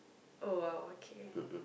oh !wow! okay